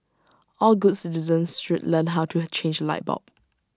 all good citizens should learn how to change A light bulb